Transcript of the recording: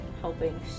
helping